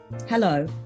Hello